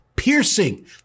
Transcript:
piercing